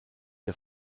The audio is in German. der